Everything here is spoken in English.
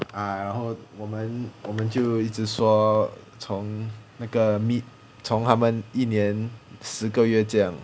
ah 然后我们我们就一直说从那个 meet 从他们一年十个月这样